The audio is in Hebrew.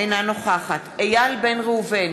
אינה נוכחת איל בן ראובן,